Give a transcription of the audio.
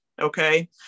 okay